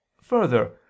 Further